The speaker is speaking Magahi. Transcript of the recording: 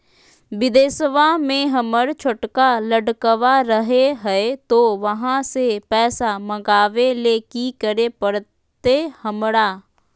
बिदेशवा में हमर छोटका लडकवा रहे हय तो वहाँ से पैसा मगाबे ले कि करे परते हमरा?